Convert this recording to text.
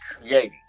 creating